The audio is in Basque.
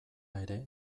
ere